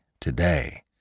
today